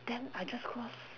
then I just cross